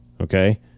Okay